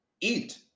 Eat